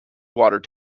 water